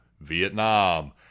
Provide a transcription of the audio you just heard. Vietnam